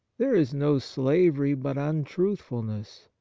there is no slavery but untruthfulness.